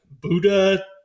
Buddha